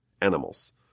animals